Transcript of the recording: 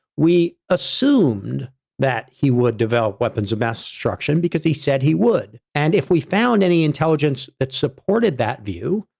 we assumed that he would develop weapons of mass destruction because he said he would. and if we found any intelligence that supported that view,